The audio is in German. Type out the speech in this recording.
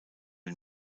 den